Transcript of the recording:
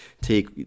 take